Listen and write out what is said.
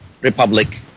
Republic